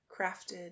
crafted